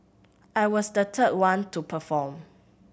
I was the third one to perform